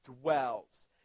dwells